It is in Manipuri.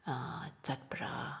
ꯆꯠꯄ꯭ꯔꯥ